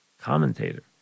commentator